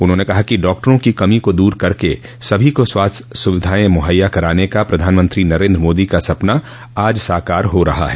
उन्होंने कहा कि डॉक्टरों की कमी को दूर करके सभी को स्वास्थ्य सुविधाएं मुहैया कराने का प्रधानमंत्री नरेन्द्र मोदी का सपना आज साकार हो रहा है